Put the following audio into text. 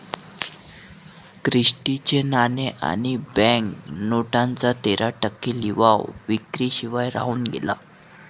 Christie चे नाणे आणि बँक नोटांचा तेरा टक्के लिलाव विक्री शिवाय राहून गेला